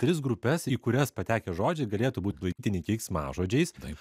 tris grupes į kurias patekę žodžiai galėtų būt laikytini keiksmažodžiais tai